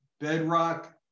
bedrock